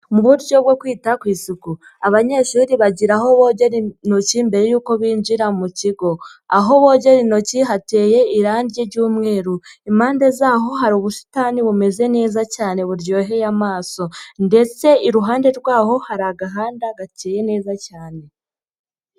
Mu buryo bwo kwita ku isuku abanyeshuri bagira aho bogera intoki mbere y'uko binjira mu kigo, aho bogera intoki hateye irangi ry'umweru, impande zaho hari ubusitani bumeze neza cyane buryoheye amaso ndetse iruhande rwaho hari agahanda gateyeye neza cyane.